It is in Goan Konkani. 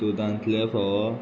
दुदांतले फोव